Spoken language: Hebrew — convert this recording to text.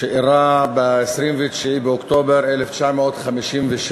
שאירע ב-29 באוקטובר 1956,